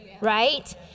right